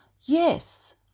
yes